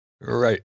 right